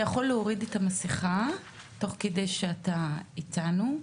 אתה יכול להוריד את המסכה בזמן שאתה איתנו.